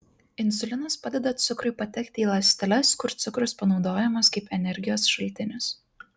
insulinas padeda cukrui patekti į ląsteles kur cukrus panaudojamas kaip energijos šaltinis